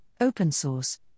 open-source